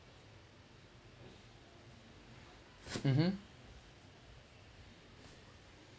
(uh huh)